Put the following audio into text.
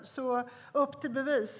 Nu är det upp till bevis.